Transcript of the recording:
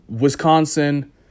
Wisconsin